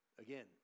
Again